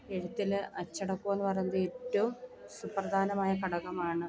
എഴുത്തിൽ അച്ചടക്കമെന്ന് പറയുന്നത് ഏറ്റവും സുപ്രധാനമായ ഘടകമാണ്